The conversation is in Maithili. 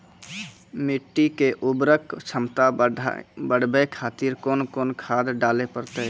मिट्टी के उर्वरक छमता बढबय खातिर कोंन कोंन खाद डाले परतै?